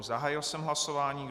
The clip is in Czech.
Zahájil jsem hlasování.